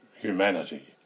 humanity